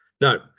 No